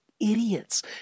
idiots